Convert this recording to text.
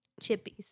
chippies